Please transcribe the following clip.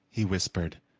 he whispered.